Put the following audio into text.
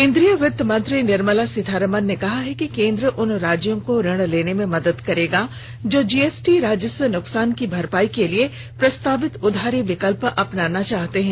केंद्रीय वित्तमंत्री निर्मला सीतारामन ने कहा है कि केन्द्र उन राज्यों को ऋण लेने में मदद करेगा जो जीएसटी राजस्व नुकसान की भरपाई के लिए प्रस्तावित उधारी विकल्प अपनाना चाहते हैं